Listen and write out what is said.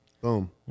Boom